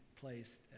placed